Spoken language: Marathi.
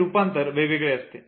हे रूपांतरण वेगवेगळे असते